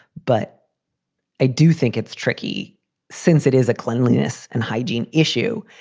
but i do think it's tricky since it is a cleanliness and hygiene issue.